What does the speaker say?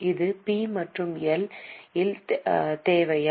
இது பி மற்றும் எல் இல் தேவையா